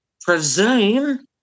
presume